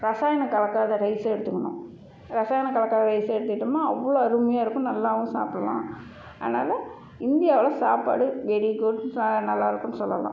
ரசாயனம் கலக்காத ரைஸை எடுத்துக்கணும் ரசாயனம் கலக்காத ரைஸை எடுத்துக்கிட்டோம்னா அவ்வளோ அருமையாக இருக்கும் நல்லாவும் சாப்பிட்லாம் அதனால் இந்தியாவில் சாப்பாடு வெரிகுட் நல்லாருக்குன்னு சொல்லலாம்